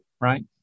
right